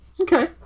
Okay